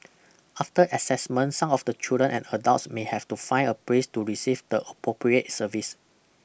after assessment some of the children and adults may have to find a place to receive the appropriate service